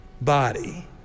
body